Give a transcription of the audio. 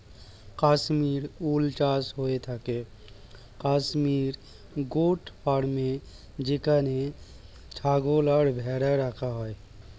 Kashmir wool চাষ হয়ে থাকে কাশ্মীর গোট ফার্মে যেখানে ছাগল আর ভেড়া রাখা হয়